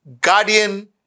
Guardian